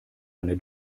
eine